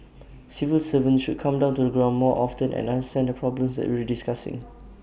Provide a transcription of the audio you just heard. civil servants should come down to the ground more often and understand the problems that we're discussing